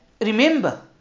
remember